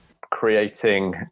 creating